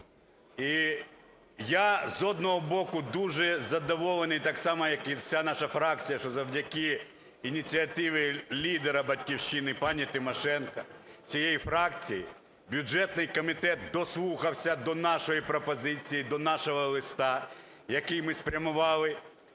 І я, з одного боку, дуже задоволений, так само, як і вся наша фракція, що завдяки ініціативі лідера "Батьківщини", пані Тимошенко, цієї фракції, бюджетний комітет дослухався до нашої пропозиції, до нашого листа, який ми спрямували.